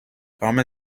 common